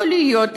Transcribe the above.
יכול להיות,